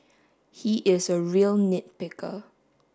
he is a real nit picker